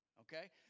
Okay